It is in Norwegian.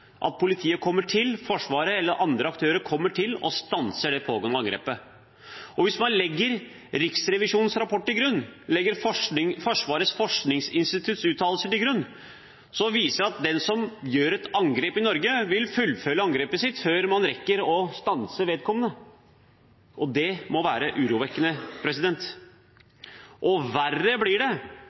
fordi politiet, Forsvaret eller andre aktører kommer til og stanser det pågående angrepet. Hvis man legger Riksrevisjonens rapport og Forsvarets forskningsinstitutts uttalelser til grunn, viser det at den som gjør et angrep i Norge, vil fullføre angrepet sitt før man rekker å stanse vedkommende. Det må være urovekkende. Verre blir det